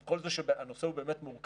עם כל זה שהנושא הוא באמת מורכב,